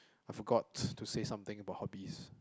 I forgot to say something about hobbies